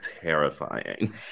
terrifying